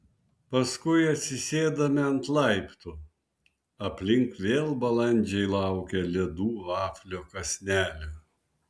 paskui atsisėdame ant laiptų aplink vėl balandžiai laukia ledų vaflio kąsnelio